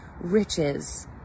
riches